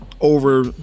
over –